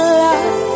love